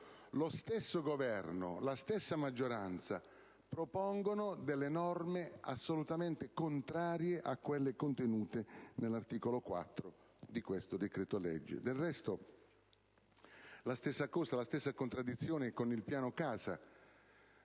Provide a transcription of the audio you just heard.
lo stesso Governo e la stessa maggioranza propongono delle norme assolutamente contrarie a quelle contenute nell'articolo 4 di cui sto parlando. Del resto, la stessa contraddizione la troviamo con il Piano casa.